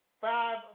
five